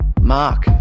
mark